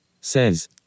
says